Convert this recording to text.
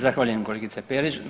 Zahvaljujem kolegice Perić.